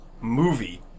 movie